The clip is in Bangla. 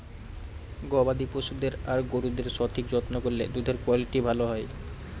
গবাদি পশুদের আর গরুদের সঠিক যত্ন করলে দুধের কুয়ালিটি ভালো হয়